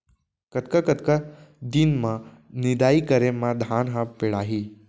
कतका कतका दिन म निदाई करे म धान ह पेड़ाही?